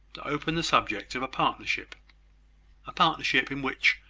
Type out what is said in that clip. to open the subject of a partnership a partnership in which,